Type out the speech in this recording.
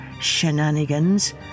shenanigans